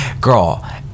Girl